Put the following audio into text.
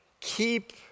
keep